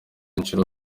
inshuro